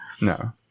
No